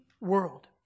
world